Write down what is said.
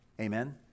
Amen